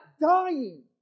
dying